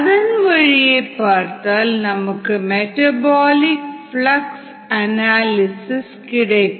அதன் வழியே பார்த்தால் நமக்கு மெட்டபாலிக் பிளக்ஸ் அனாலிசிஸ் கிடைக்கும்